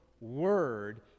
word